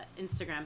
Instagram